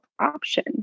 option